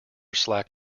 slack